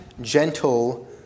gentle